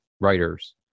writers